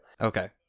Okay